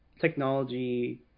technology